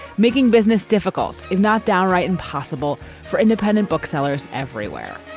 making business difficult, if not downright impossible for independent booksellers everywhere.